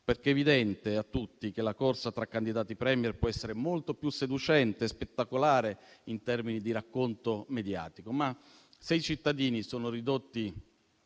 perché è evidente a tutti che la corsa tra candidati *Premier* può essere molto più seducente e spettacolare in termini di racconto mediatico. Ma, se i cittadini sono ridotti